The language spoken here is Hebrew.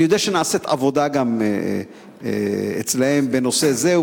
אני יודע שנעשית עבודה אצלם בנושא זה,